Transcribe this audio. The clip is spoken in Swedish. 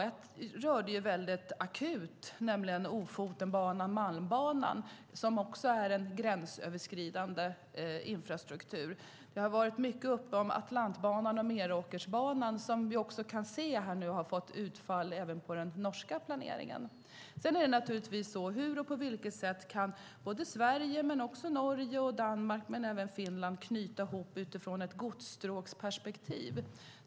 Ett var väldigt akut, nämligen Ofotenbanan-Malmbanan, som också är en gränsöverskridande infrastruktur. Det har varit mycket uppe om Atlantbanan och Meråkerbanan som vi också kan se har fått utfall även på den norska planeringen. Sedan är naturligtvis frågan hur och på vilket sätt Sverige och Norge men också Danmark och Finland kan knyta ihop sina banor utifrån ett godsstråksperspektiv.